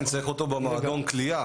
אני צריך אותו במועדון הקליעה,